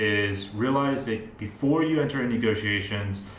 is realize that before you enter a negotiations,